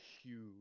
huge